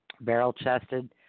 barrel-chested